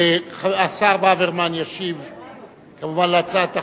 השר ברוורמן ישיב, כמובן, על הצעת החוק,